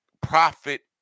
profit